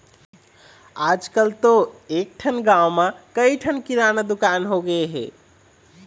आजकल तो एकठन गाँव म कइ ठन किराना दुकान होगे हे